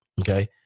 okay